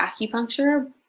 acupuncture